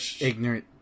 ignorant